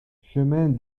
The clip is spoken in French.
chemin